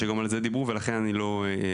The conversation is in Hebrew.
שגם על זה דיברו ולכן אני לא ארחיב.